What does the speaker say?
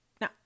now